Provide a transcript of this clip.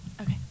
Okay